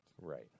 Right